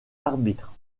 arbitre